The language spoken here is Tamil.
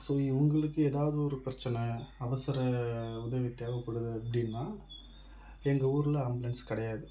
ஸோ இவங்களுக்கு ஏதாவது ஒரு பிரச்சனை அவசர உதவி தேவைப்படுது அப்படின்னா எங்கள் ஊர்ல ஆம்புலன்ஸ் கிடையாது